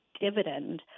dividend